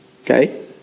Okay